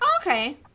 okay